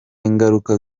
ngaruka